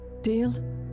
deal